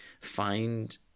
find